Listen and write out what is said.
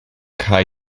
kai